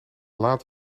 laat